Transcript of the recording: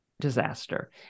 disaster